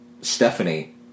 Stephanie